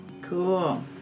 Cool